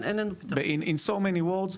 בכל כך הרבה מילים,